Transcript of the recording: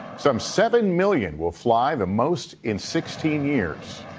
some seven million will fly, the most in sixteen years.